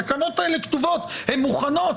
התקנות האלה כתובות הן מוכנות,